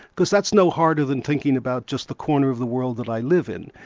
because that's no harder than thinking about just the corner of the world that i live in.